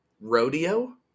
Rodeo